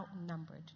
outnumbered